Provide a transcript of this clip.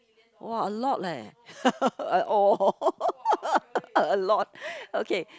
!wah! a lot leh uh orh a lot okay